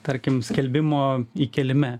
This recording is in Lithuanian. tarkim skelbimo įkėlime